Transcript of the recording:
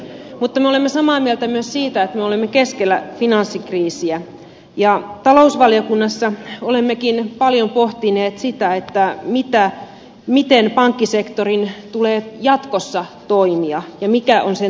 mutta me olemme samaa mieltä myös siitä että me olemme keskellä finanssikriisiä ja talousvaliokunnassa olemmekin paljon pohtineet sitä miten pankkisektorin tulee jatkossa toimia ja mikä on sen tulevaisuus